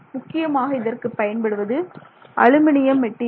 முக்கியமாக இதற்குப் பயன்படுவது அலுமினியம் மெட்டீரியல்